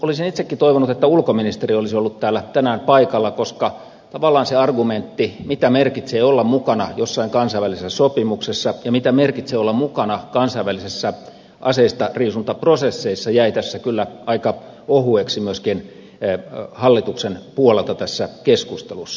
olisin itsekin toivonut että ulkoministeri olisi ollut täällä tänään paikalla koska tavallaan se argumentti mitä merkitsee olla mukana jossain kansainvälisessä sopimuksessa ja mitä merkitsee olla mukana kansainvälisissä aseistariisuntaprosesseissa jäi tässä kyllä aika ohueksi myöskin hallituksen puolelta tässä keskustelussa